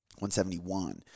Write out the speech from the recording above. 171